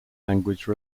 language